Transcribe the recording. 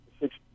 six